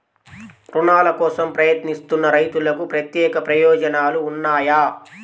రుణాల కోసం ప్రయత్నిస్తున్న రైతులకు ప్రత్యేక ప్రయోజనాలు ఉన్నాయా?